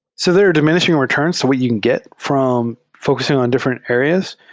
so there are diminishing returns to what you can get from focusing on different areas.